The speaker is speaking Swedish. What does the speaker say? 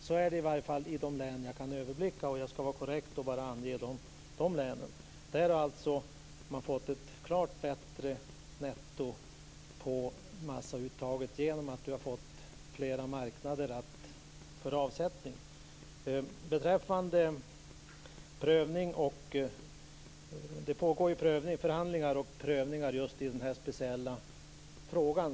Så är det i varje fall i de län som jag kan överblicka, och jag skall vara så korrekt att jag hänvisar bara till de länen. De har fått ett klart bättre netto på massauttaget genom att de har fått flera marknader för avsättning. Det pågår förhandlingar och prövningar just i den här speciella frågan.